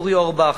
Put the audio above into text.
אורי אורבך,